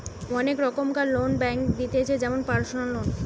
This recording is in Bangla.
অনেক রোকমকার লোন ব্যাঙ্ক দিতেছে যেমন পারসনাল লোন